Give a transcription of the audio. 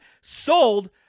sold